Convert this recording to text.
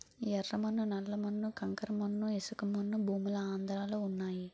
యెర్ర మన్ను నల్ల మన్ను కంకర మన్ను ఇసకమన్ను భూములు ఆంధ్రలో వున్నయి